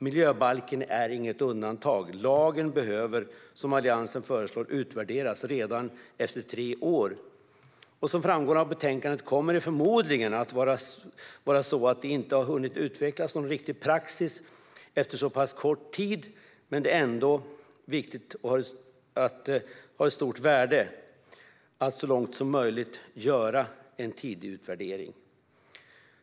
Miljöbalken är inget undantag; lagen behöver, som Alliansen föreslår, utvärderas redan efter tre år. Som framgår av betänkandet kommer det förmodligen att vara så att det inte har hunnit utvecklas någon riktig praxis efter så pass kort tid, men det är ändå viktigt och har ett stort värde att så långt som möjligt göra en tidig utvärdering.